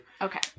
Okay